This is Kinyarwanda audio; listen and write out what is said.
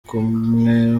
kumwe